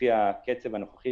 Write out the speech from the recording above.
ולפי הקצב הנוכחי,